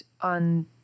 on